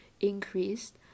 increased